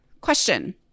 question